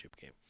game